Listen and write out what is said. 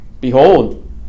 behold